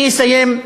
אני אסיים.